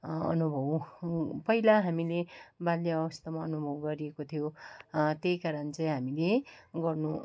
अनुभव पहिला हामीले बाल्य अवस्थामा अनुभव गरिएको थियो त्यही कारण चाहिँ हामीले गर्नु